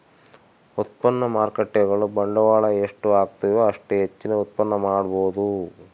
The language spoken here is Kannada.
ಉತ್ಪನ್ನ ಮಾರ್ಕೇಟ್ಗುಳು ಬಂಡವಾಳದ ಎಷ್ಟು ಹಾಕ್ತಿವು ಅಷ್ಟೇ ಹೆಚ್ಚಿನ ಉತ್ಪನ್ನ ಮಾಡಬೊದು